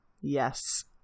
yes